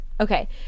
Okay